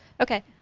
okay.